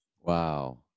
Wow